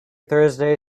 thursday